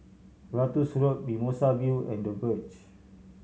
Ratus Road Mimosa View and The Verge